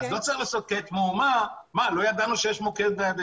לא צריך לעשות עכשיו מהומה: לא ידענו שיש מוקד 110 - בסדר,